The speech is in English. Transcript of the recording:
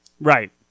Right